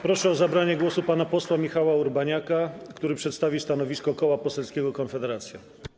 Proszę o zabranie głosu pana posła Michała Urbaniaka, który przedstawi stanowisko Koła Poselskiego Konfederacja.